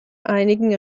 einigen